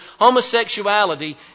homosexuality